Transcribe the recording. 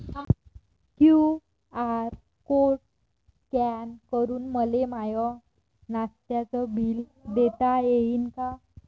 QR code scan करून मले माय नास्त्याच बिल देता येईन का?